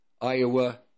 Iowa